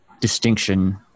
distinction